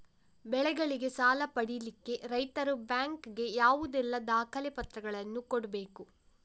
ಬೆಳೆಗಳಿಗೆ ಸಾಲ ಪಡಿಲಿಕ್ಕೆ ರೈತರು ಬ್ಯಾಂಕ್ ಗೆ ಯಾವುದೆಲ್ಲ ದಾಖಲೆಪತ್ರಗಳನ್ನು ಕೊಡ್ಬೇಕು?